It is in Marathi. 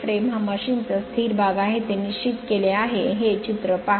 फ्रेम हा मशीनचा स्थिर भाग आहे ते निश्चित केले आहे हे चित्र पहा